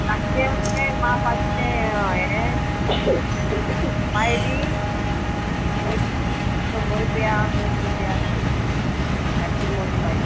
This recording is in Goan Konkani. पांचशें म्हणजें मापाचें तें हें पायली एक शंबर रुपया दोनशें रुपया आसा पॅक्टींग मोटी पायली